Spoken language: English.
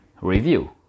review